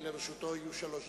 ולרשותו יהיו שלוש דקות.